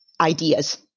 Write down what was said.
ideas